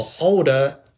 older